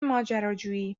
ماجراجویی